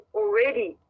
already